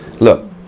look